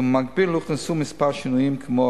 ובמקביל הוכנסו כמה שינויים,